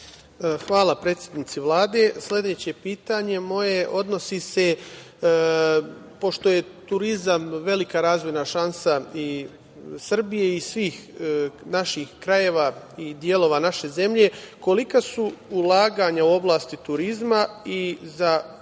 Hvala predsednici Vlade. Sledeće moje pitanje odnosi se, pošto je turizam velika razvojna šansa i Srbije i svih naših krajeva i delova naše zemlje, kolika su ulaganja u oblasti turizma konkretno za